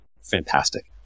fantastic